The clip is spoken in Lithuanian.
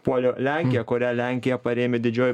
puolė lenkiją kurią lenkiją parėmė didžioji